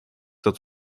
dat